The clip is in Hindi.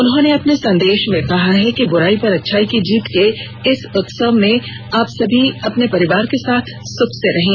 उन्होंने अपने संदेश में कहा है कि बुराई पर अच्छाई की जीत के इस उत्सव में आप सभी अपने परिवार के साथ सुख से रहें